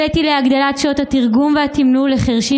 הבאתי להגדלת שעות תרגום והתמלול לחירשים